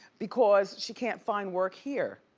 because she can't find work here.